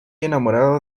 enamorado